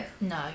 No